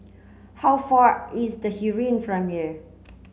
how far is the Heeren from here